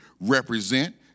represent